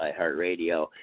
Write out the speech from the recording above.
iHeartRadio